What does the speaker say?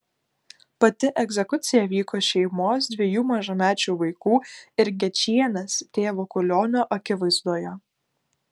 pati egzekucija vyko šeimos dviejų mažamečių vaikų ir gečienės tėvo kulionio akivaizdoje